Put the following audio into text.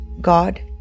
God